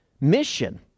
mission